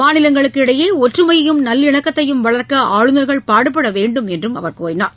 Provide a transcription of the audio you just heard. மாநிலங்களுக்கு இடையே ஒற்றுமையையும் நல்லிணக்கத்தையும் வளர்க்க ஆளுநர்கள் பாடுபட வேண்டும் என்று கேட்டுக் கொண்டார்